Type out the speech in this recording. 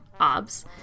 ob's